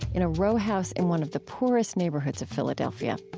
in a row house in one of the poorest neighborhoods of philadelphia.